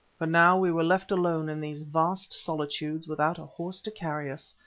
for now we were left alone in these vast solitudes without a horse to carry us,